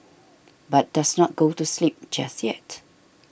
but does not go to sleep just yet